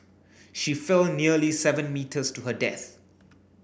she fell nearly seven metres to her death